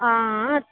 हां